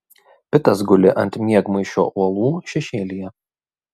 pitas guli ant miegmaišio uolų šešėlyje